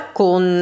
con